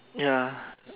ya